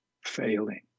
failing